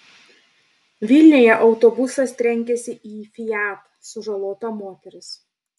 vilniuje autobusas trenkėsi į fiat sužalota moteris